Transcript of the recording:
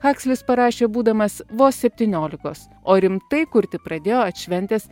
hakslis parašė būdamas vos septyniolikos o rimtai kurti pradėjo atšventęs